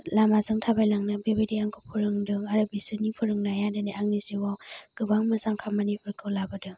लामाजों थाबायलांनो बेबायदि आंखौ फोरोंदों आरो बिसोरनि फोरोंनाया दिनै आंनि जिउयाव गोबां गोबां मोजां खामानिफोरखौ लाबोदों